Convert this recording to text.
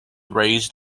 raised